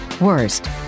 Worst